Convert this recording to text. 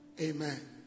amen